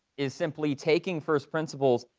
is simply taking first principles,